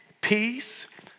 peace